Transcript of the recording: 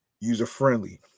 user-friendly